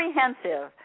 comprehensive